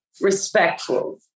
respectful